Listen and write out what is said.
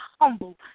humble